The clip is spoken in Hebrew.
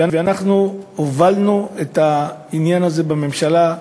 ואנחנו הובלנו את העניין הזה בממשלה.